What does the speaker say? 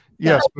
Yes